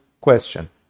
question